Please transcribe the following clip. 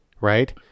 right